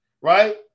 right